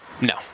no